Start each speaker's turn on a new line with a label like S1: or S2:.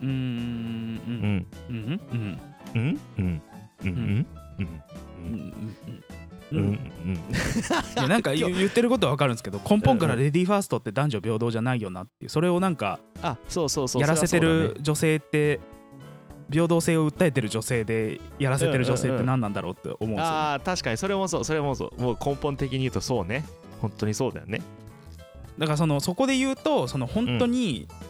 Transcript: S1: うん、うん、うん、うん、うん、うん。
S2: いや、なんか、言う- 言ってることは分かるんですけど、根本からレディーファーストって男女平等じゃないよなっていう。それをなんかやらせてる女性って、平等性を訴えてる女性って- 平等性を訴えてる女性でやらせてる女性って何なんだろうって思う。そうなんですよ。
S1: あー、確かに。それもそう、それもそう。もう根本的に言うとそうね。本当にそうだよね。
S2: だから、その、そこで言うと、その、本当に
S1: うん。